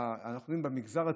אנחנו רואים במגזר הציבורי,